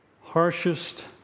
harshest